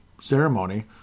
ceremony